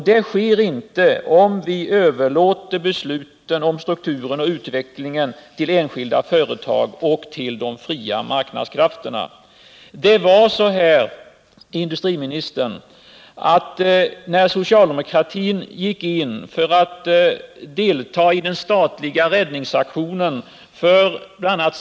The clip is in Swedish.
Det sker inte om vi överlåter besluten om strukturen och utvecklingen till enskilda företag och till de fria marknadskrafterna. När socialdemokratin beslöt att delta i den statliga räddningsaktionen för bl.a.